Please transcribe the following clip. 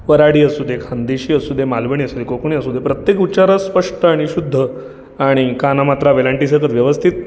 वऱ्हाडी असू दे खान्देशी असू दे मालवणी असू दे कोकणी असू दे प्रत्येक उच्चार हा स्पष्ट आणि शुद्ध आणि काना मात्रा वेलांटीचं तर व्यवस्थित